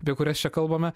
apie kurias čia kalbame